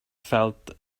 felt